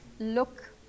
look